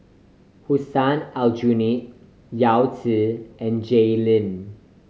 Hussein Aljunied Yao Zi and Jay Lim